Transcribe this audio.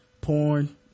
porn